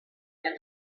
and